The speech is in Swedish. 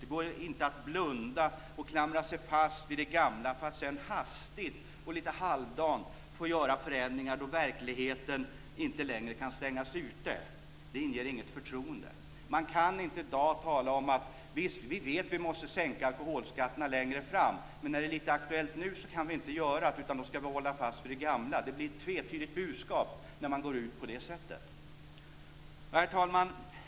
Det går inte att blunda och klamra sig fast vid det gamla för att sedan hastigt och lite halvdant göra förändringar när verkligheten inte längre kan stängas ute. Det inger inget förtroende. Man kan inte i dag tala om att vi vet att vi måste sänka alkoholskatterna längre fram. Men när det är aktuellt nu kan vi inte göra det, utan vi ska hålla fast vid det gamla. Det blir ett tvetydigt budskap när man går ut på det sättet. Herr talman!